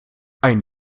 ein